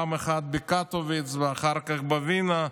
פעם אחת בקטוביץ ואחר כך בווינה,